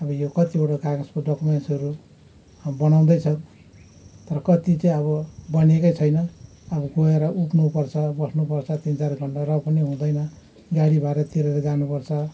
अबो यो कतिवटा कागजको डक्युमेन्टसहरू बनाउँदैछ तर कति चाहिँ अब बनिएकै छैन अब गएर उठ्नु पर्छ बस्नु पर्छ तिन चार घन्टा र पनि हुँदैन गाडी भाडा तिरेर जानु पर्छ